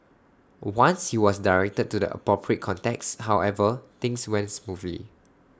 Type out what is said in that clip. once he was directed to the appropriate contacts however things went smoothly